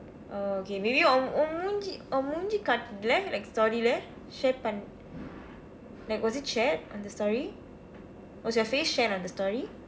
oh okay maybe உன் உன் முகம் உன் முகம் காடெல்லா இல்ல:un un mukam un mukam katellaa ill like story இல்லை:illai share pan~ like was it shared on the story was your face shared on the story